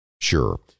Sure